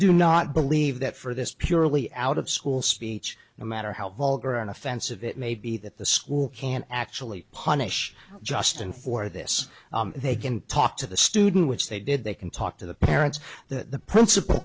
do not believe that for this purely out of school speech no matter how vulgar and offensive it may be that the school can actually punish justin for this they can talk to the student which they did they can talk to the parents the principal